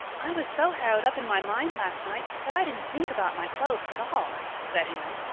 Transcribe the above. i was so harrowed up in my mind last night that i didn't think about my clothes at all, said anne.